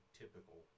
typical